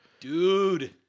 Dude